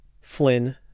flynn